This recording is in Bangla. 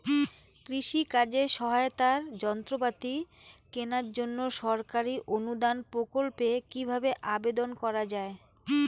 কৃষি কাজে সহায়তার যন্ত্রপাতি কেনার জন্য সরকারি অনুদান প্রকল্পে কীভাবে আবেদন করা য়ায়?